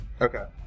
Okay